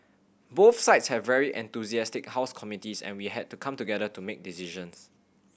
both sides have very enthusiastic house committees and we had to come together to make decisions